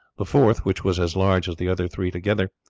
the fourth, which was as large as the other three together,